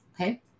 Okay